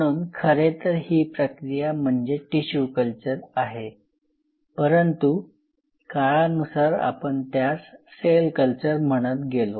म्हणून खरेतर ही प्रक्रिया म्हणजे टिशू कल्चर आहे परंतु काळानुसार आपण त्यास सेल कल्चर म्हणत गेलो